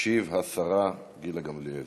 תשיב השרה גילה גמליאל.